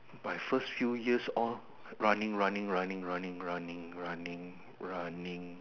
my first few years all running running running running running running running